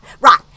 Right